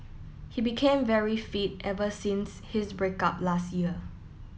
he became very fit ever since his break up last year